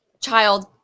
child